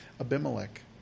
Abimelech